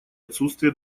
отсутствие